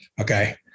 Okay